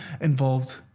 involved